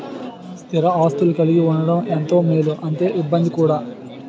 స్థిర ఆస్తులు కలిగి ఉండడం ఎంత మేలో అంతే ఇబ్బంది కూడా